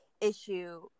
issue